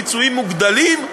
פיצויים מוגדלים,